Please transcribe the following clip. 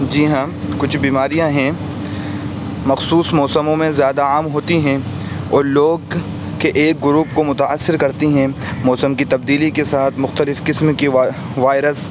جی ہاں کچھ بیماریاں ہیں مخصوص موسموں میں زیادہ عام ہوتی ہیں اور لوگ کے ایک گروپ کو متاثر کرتی ہیں موسم کی تبدیلی کے ساتھ مختلف قسم کے وائرس